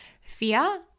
fear